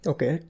Okay